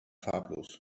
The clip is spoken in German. farblos